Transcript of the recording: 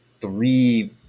three